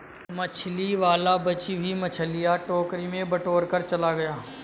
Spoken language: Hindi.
मछली वाला बची हुई मछलियां टोकरी में बटोरकर चला गया